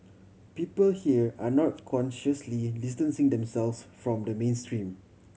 people here are not consciously distancing themselves from the mainstream